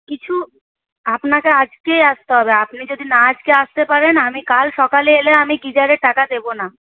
কিছু আপনাকে আজকেই আসতে হবে আপনি যদি না আজকে আসতে পারেন আমি কাল সকালে এলে আমি গিজারের টাকা দেব না